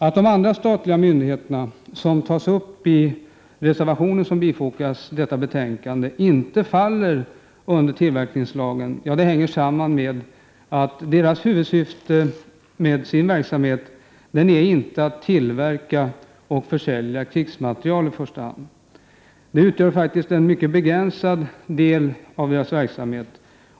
Att de andra statliga myndigheter som tas upp i den reservation som är fogad till betänkandet inte faller under tillverkningslagen hänger samman med att deras huvudsyfte med verksamheten inte är att tillverka och försälja krigsmateriel. Det utgör faktiskt en mycket begränsad del av verksamheten.